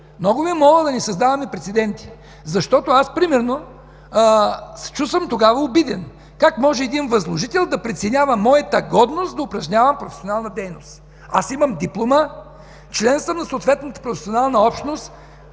Много Ви моля да не създаваме прецеденти, защото аз тогава се чувствам обиден. Как може един възложител да преценява моята годност да упражнявам професионална дейност? Аз имам диплома, член съм на съответната професионална общност